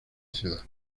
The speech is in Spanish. ciudad